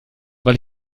weil